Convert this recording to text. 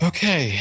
Okay